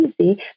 easy